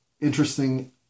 interesting